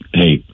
hey